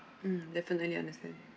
mm definitely understand